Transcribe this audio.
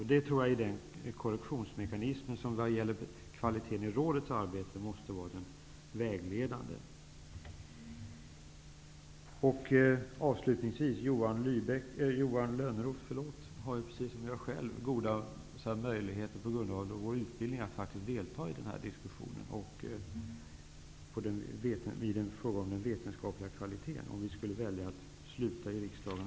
Jag tror att det är den korrektionsmekanismen som måste vara vägledande för kvaliteten i rådets arbete. Johan Lönnroth har, precis som jag, tack vare en bra utbildning möjlighet att delta i diskussionen i fråga om den vetenskapliga kvaliteten -- om vi skulle välja att sluta i riksdagen.